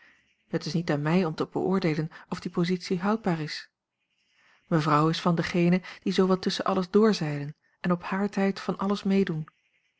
het is niet aan mij om te beoordeelen of die positie houdbaar is mevrouw is van dengenen die zoo wat tusschen alles doorzeilen en op haar tijd van alles meedoen